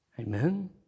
amen